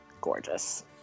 gorgeous